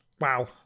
Wow